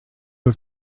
have